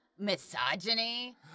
misogyny